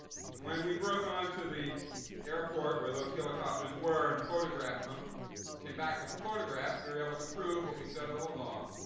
when we broke onto the airport where those helicopters were and photographed them and came back with the photographs, we were able to prove what we said all along,